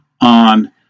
on